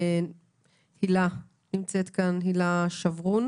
הילה שבורון